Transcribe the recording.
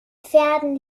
pferden